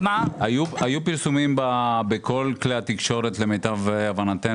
היו פרסומים בכל כלי התקשורת, למיטב הבנתנו.